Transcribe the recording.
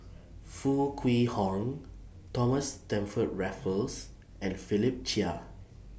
Foo Kwee Horng Thomas Stamford Raffles and Philip Chia